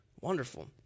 Wonderful